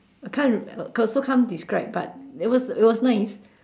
I can't remember also can't describe but it was it was nice